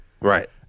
Right